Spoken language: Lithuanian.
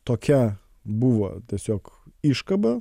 tokia buvo tiesiog iškaba